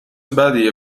بدیه